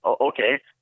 okay